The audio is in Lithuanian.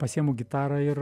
pasiėmu gitarą ir